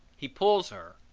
he pulls her.